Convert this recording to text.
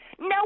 No